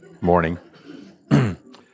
morning